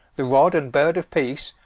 the rod, and bird of peace,